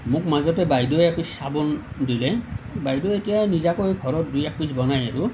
মোক মাজতে বাইদেউৱে এপিচ চাবোন দিলে বাইদেউৱে এতিয়া নিজাকৈ ঘৰত দুই একপিচ বনায় আৰু